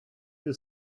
you